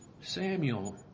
Samuel